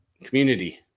community